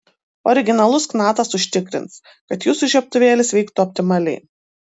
originalus knatas užtikrins kad jūsų žiebtuvėlis veiktų optimaliai